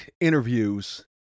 interviews